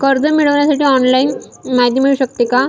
कर्ज मिळविण्यासाठी ऑनलाईन माहिती मिळू शकते का?